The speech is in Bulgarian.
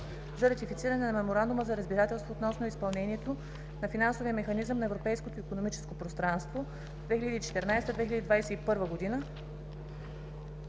за ратифициране на Меморандума за разбирателство относно изпълнението на Финансовия механизъм на Европейското икономическо пространство 2014 – 2021 между